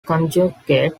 conjugate